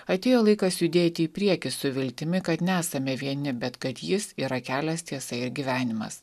atėjo laikas judėti į priekį su viltimi kad nesame vieni bet kad jis yra kelias tiesa ir gyvenimas